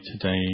today